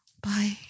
bye